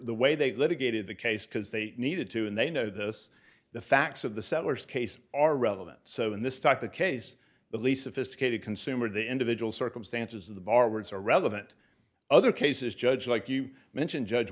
the way they litigated the case because they needed to and they know this the facts of the settlers case are relevant so in this type of case the least sophisticated consumer the individual circumstances of the bar words are relevant other cases judge like you mentioned judge